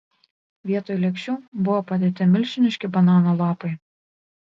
vietoj lėkščių buvo padėti milžiniški banano lapai